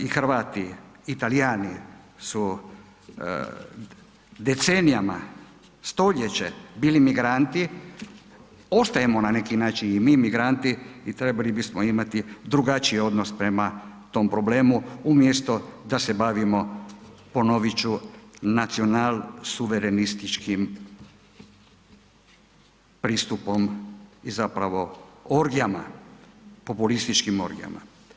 I Hrvati i Talijani su decenijama, stoljeće bili migranti, ostajemo na neki način i mi migranti i trebali bismo imati drugačiji odnos prema tom problemu umjesto da se bavimo ponovit ću, nacional-suverenističkim pristupom i zapravo orgijama, populističkim orgijama.